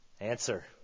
answer